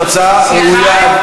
זו הצעה ראויה.